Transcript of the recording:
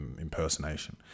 impersonation